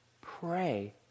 Pray